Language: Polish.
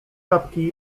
czapki